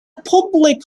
public